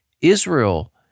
Israel